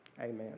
Amen